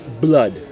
blood